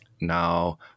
Now